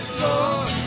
Lord